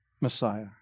Messiah